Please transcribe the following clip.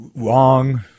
wrong